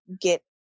get